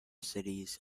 cities